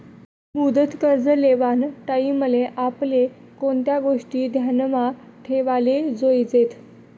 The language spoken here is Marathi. मुदत कर्ज लेवाना टाईमले आपले कोणत्या गोष्टी ध्यानमा ठेवाले जोयजेत